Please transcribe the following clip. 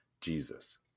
Jesus